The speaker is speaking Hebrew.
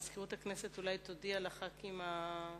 מזכירות הכנסת אולי תודיע לחברי הכנסת